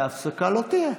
להפסקה, לא תהיה.